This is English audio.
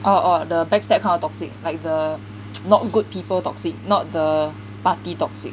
orh orh the backstab kind of toxic like the not good people toxic not the party toxic